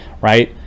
right